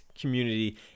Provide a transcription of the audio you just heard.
community